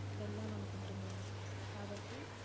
వెళ్ళాలని అనుకుంటున్నాను కాబట్టి